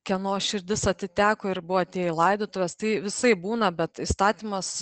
kieno širdis atiteko ir buvo atėję į laidotuves tai visaip būna bet įstatymas